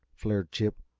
flared chip,